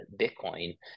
Bitcoin